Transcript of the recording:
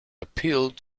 appealed